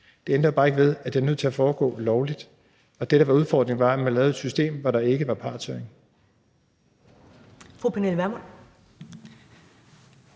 Det ændrer bare ikke ved, at det er nødt til at foregå lovligt, og det, der var udfordringen, var, at man lavede et system, hvor der ikke var partshøring.